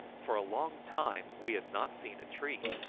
for a long time we had not seen a tree,